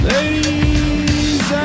Ladies